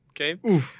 Okay